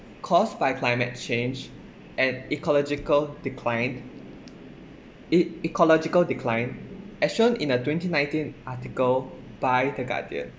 caused by climate change and ecological decline ec~ ecological decline as shown in a twenty nineteen article by the guardian